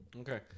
Okay